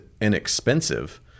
inexpensive